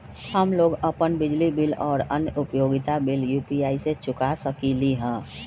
हम लोग अपन बिजली बिल और अन्य उपयोगिता बिल यू.पी.आई से चुका सकिली ह